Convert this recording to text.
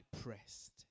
pressed